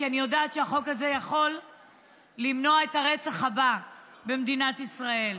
כי אני יודעת שהחוק הזה יכול למנוע את הרצח הבא במדינת ישראל.